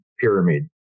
pyramid